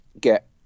get